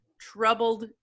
troubled